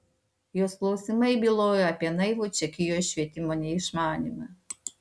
jos klausimai bylojo apie naivų čekijos švietimo neišmanymą